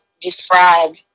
describe